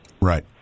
Right